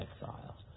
exile